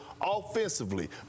offensively